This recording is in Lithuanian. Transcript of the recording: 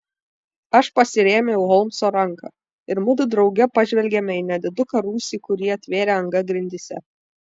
aš pasirėmiau į holmso ranką ir mudu drauge pažvelgėme į nediduką rūsį kurį atvėrė anga grindyse